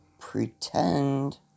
pretend